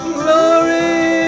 glory